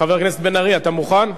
חבר הכנסת בן-ארי, אתה מוכן?